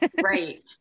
Right